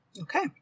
okay